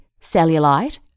cellulite